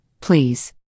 please